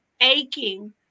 aching